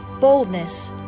boldness